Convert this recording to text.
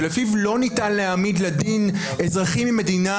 שלפיו לא ניתן להעמיד לדין אזרחים ממדינה,